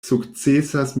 sukcesas